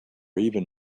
even